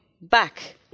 back